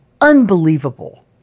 unbelievable